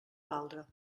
valdre